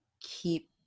keep